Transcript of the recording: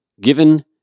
given